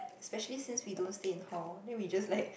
especially since we don't stay in hall then we just like